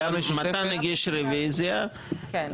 מתן הגיש רוויזיה --- כן.